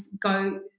go